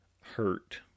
Hurt